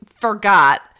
forgot